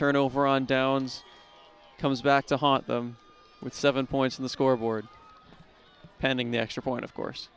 turn over on downs comes back to haunt them with seven points on the scoreboard pending the extra point of course